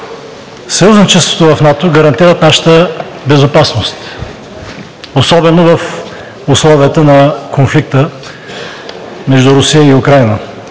съюзничеството в НАТО гарантират нашата безопасност особено в условията на конфликта между Русия и Украйна.